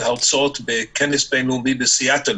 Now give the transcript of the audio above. להרצות בכנס בין-לאומי בסיאטל